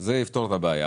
זה יפתור את הבעיה.